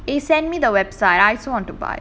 eh send me the website I also want to buy